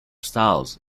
styles